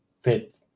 fit